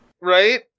Right